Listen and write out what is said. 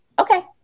Okay